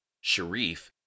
Sharif